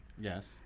Yes